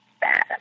bad